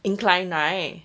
incline right